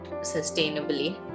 sustainably